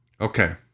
Okay